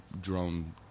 drone